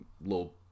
little